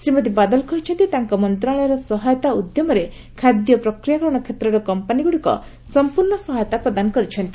ଶ୍ରୀମତୀ ବାଦଲ କହିଛନ୍ତି ତାଙ୍କ ମନ୍ତ୍ରଣାଳୟର ସହାୟତା ଉଦ୍ୟମରେ ଖାଦ୍ୟ ପ୍ରକ୍ରିୟାକରଣ କ୍ଷେତ୍ରର କମ୍ପାନୀଗ୍ରଡ଼ିକ ସମ୍ପର୍ଷ୍ଣ ସହାୟତା ପ୍ରଦାନ କରିଛନ୍ତି